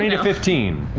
you know fifteen?